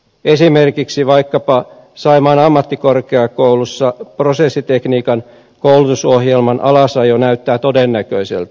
esimerkiksi vaikkapa saimaan ammattikorkeakoulussa prosessitekniikan koulutusohjelman alasajo näyttää todennäköiseltä